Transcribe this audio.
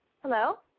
Hello